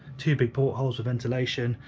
two big portholes for ventilation,